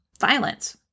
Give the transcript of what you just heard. violence